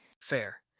Fair